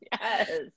Yes